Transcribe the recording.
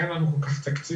אין לנו כל כך תקציב.